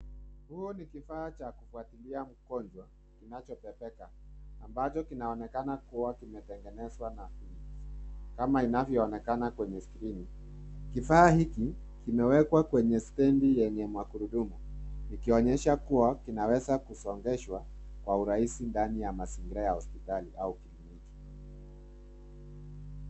Huu ni kifaa cha kufuatilia mngonjwa kinachobebeka ambacho kinaonekana kua kimetengenezwa kama inavyoonekana kwenye skrini. Kifaa hiki kimewekwa kwenye stedi yenye magurudumu ikionyesha kua kunaweza kusongeshwa kwa urahisi ndani ya mazingira ya hospitali.